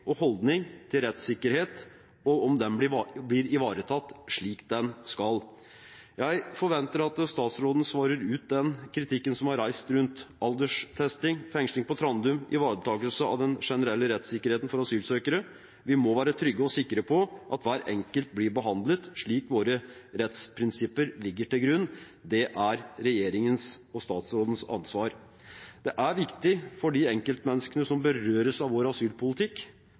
og holdning til rettssikkerhet, om den blir ivaretatt slik den skal. Jeg forventer at statsråden svarer ut den kritikken som er reist rundt alderstesting, fengsling på Trandum og ivaretakelse av den generelle rettssikkerheten for asylsøkere. Vi må være trygge og sikre på at hver enkelt blir behandlet slik våre rettsprinsipper legger til grunn. Det er regjeringen og statsrådens ansvar. Det er viktig for de enkeltmenneskene som berøres av vår asylpolitikk,